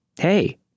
Hey